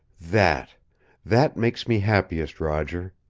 that that makes me happiest, roger.